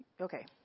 Okay